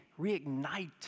reignite